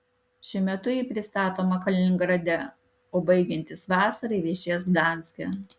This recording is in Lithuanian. šiuo metu ji pristatoma kaliningrade o baigiantis vasarai viešės gdanske